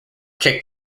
kick